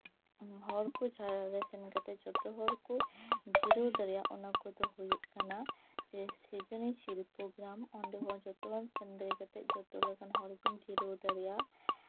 ᱦᱚᱲ ᱠᱚ ᱡᱟᱦᱟᱸᱨᱮ ᱥᱮᱱ ᱠᱟᱛᱮ ᱡᱷᱚᱛᱚ ᱦᱚᱲ ᱠᱚ ᱡᱤᱨᱟᱹᱣ ᱫᱟᱲᱮᱭᱟᱜᱼᱟ ᱚᱱᱟ ᱠᱚᱫᱚ ᱦᱩᱭᱩᱜ ᱠᱟᱱᱟ ᱡᱮ ᱥᱨᱤᱡᱚᱱᱤ ᱥᱤᱞᱯᱚᱜᱨᱟᱢ ᱚᱸᱰᱮ ᱦᱚᱸ ᱡᱷᱚᱛᱚ ᱦᱚᱲ ᱥᱮᱱ ᱵᱟᱹᱭ ᱠᱟᱛᱮ ᱡᱷᱚᱛᱚ ᱦᱚᱲ ᱠᱚ ᱡᱤᱨᱟᱹᱣ ᱫᱟᱲᱮᱭᱟᱜᱼᱟ